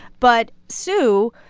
but, sue,